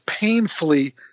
painfully